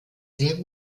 sehr